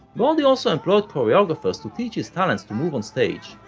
gordy also employed choreographers to teach his talents to move on stage,